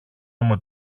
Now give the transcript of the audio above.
ώμο